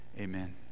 amen